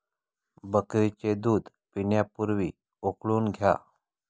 बकरीचे दूध पिण्यापूर्वी उकळून घ्या